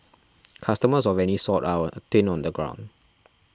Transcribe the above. customers of any sort are thin on the ground